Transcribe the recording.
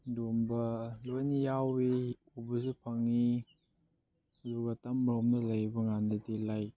ꯑꯗꯨꯒꯨꯝꯕ ꯂꯣꯏꯅ ꯌꯥꯎꯏ ꯎꯕꯁꯨ ꯐꯪꯉꯤ ꯑꯗꯨꯒ ꯇꯝꯂꯣꯝꯗ ꯂꯩꯕꯀꯥꯟꯗꯗꯤ ꯂꯥꯏꯛ